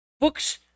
Books